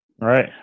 right